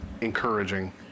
Encouraging